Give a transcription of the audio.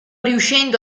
riuscendo